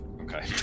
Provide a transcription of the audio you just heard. Okay